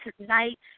tonight